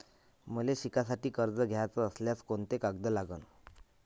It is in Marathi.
मले शिकासाठी कर्ज घ्याचं असल्यास कोंते कागद लागन?